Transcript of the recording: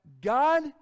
God